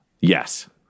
Yes